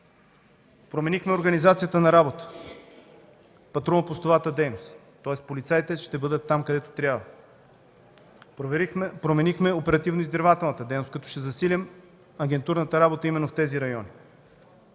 Променихме организацията на работа – патрулно-постовата дейност, тоест полицаите ще бъдат там, където трябва. Променихме оперативно-издирвателната дейност, като ще засилим агентурната работа именно в тези райони.